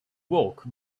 work